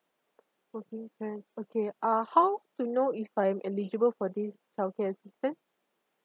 okay can okay uh how to know if I'm eligible for this childcare assistance